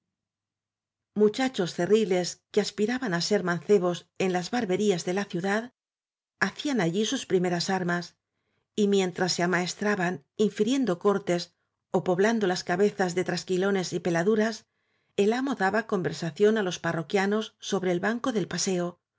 muchachos cerriles que aspiraban á ser mancebos en las barberías de la ciudad hacían allí sus primeras armas y mientras se amaestra ban infiriendo cortes ó poblando las cabezas de trasquilones y peladuras el amo daba conver sación á los parroquianos sobre el banco del paseo